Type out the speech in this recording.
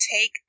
take